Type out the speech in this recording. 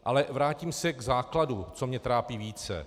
Ale vrátím se k základu, co mě trápí více.